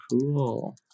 cool